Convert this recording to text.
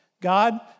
God